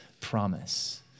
promise